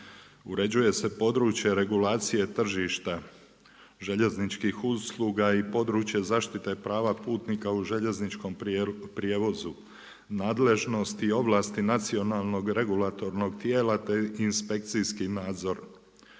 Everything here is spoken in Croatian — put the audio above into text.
uređuje se područje regulacije tržišta željezničkih usluga i područje zaštite prava putnika u željezničkom prijevoz, nadležnost i ovlasti nacionalnog regulatornog tijela te inspekcijski nadzor.